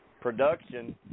production